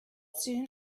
soon